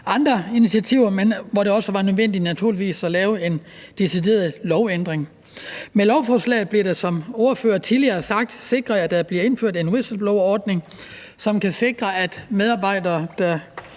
andre initiativer, men hvor det var nødvendigt, naturligvis, at lave en decideret lovændring. Med lovforslaget bliver det, som ordførere tidligere har sagt, sikret, at der bliver indført en whistleblowerordning, som kan sikre, at medarbejdere,